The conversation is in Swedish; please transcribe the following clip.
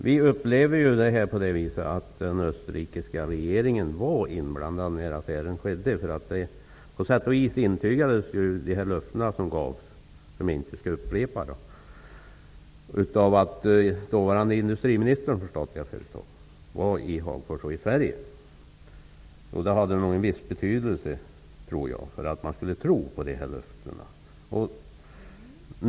Fru talman! Vi upplever att den österrikiska regeringen var inblandad när affären skedde. På sätt och vis intygades ju de löften som gavs, som jag nu inte skall upprepa, av att Österrikes dåvarande industriminister var i Hagfors och i Sverige. Det hade nog, tror jag, en viss betydelse för att man skulle tro på de här löftena.